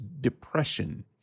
depression